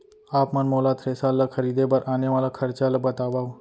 आप मन मोला थ्रेसर ल खरीदे बर आने वाला खरचा ल बतावव?